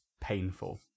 painful